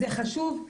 זה חשוב.